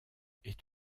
est